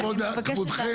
כבודכם,